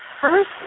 first